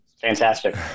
fantastic